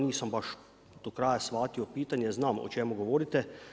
Nisam baš do kraja shvatio pitanje, znam o čemu govorite.